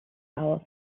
aus